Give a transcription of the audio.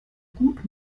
gut